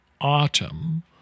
autumn